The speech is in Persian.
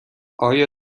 آیا